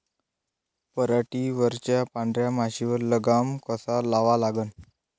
पराटीवरच्या पांढऱ्या माशीवर लगाम कसा लावा लागन?